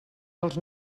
dels